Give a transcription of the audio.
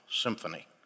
symphony